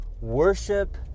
Worship